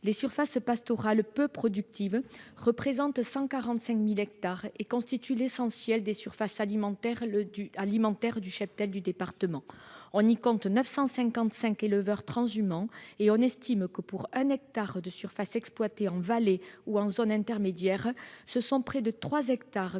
les surfaces pastorales, peu productives, représentent 145 000 hectares et constituent l'essentiel des surfaces alimentaires du cheptel du département. On y compte 955 éleveurs transhumants et on estime que pour 1 hectare de surface exploité en vallée ou en zone intermédiaire, ce sont près de 3 hectares qui